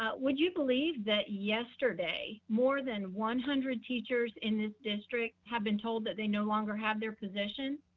ah would you believe that yesterday, more than one hundred teachers in this district have been told that they no longer have their position?